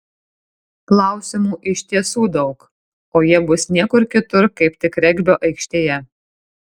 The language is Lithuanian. klausimų iš tiesų daug o jie bus niekur kitur kaip tik regbio aikštėje